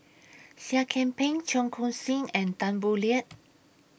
Seah Kian Peng Cheong Koon Seng and Tan Boo Liat